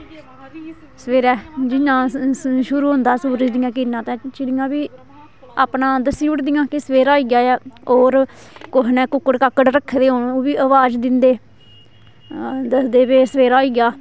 सबेरे जियां अस शुरु होंदा सूरज दी किरणा ते चिड़ियां बी अपना दस्सी ओड़दियां कि सबेरा होई गेआ ऐ और कुसै ने कुक्कड़ काकड रक्खे दे होन ओ ह्बी आबाज दिंदे दसदे कि सबेरा होई गेआ